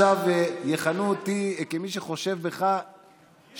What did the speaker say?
עכשיו יכנו אותי כמי שחושב שאתה שקוף.